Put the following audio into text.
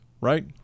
right